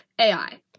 ai